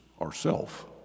ourself